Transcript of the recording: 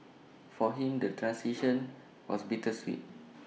for him the transition was bittersweet